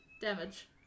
Damage